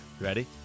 Ready